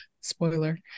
spoiler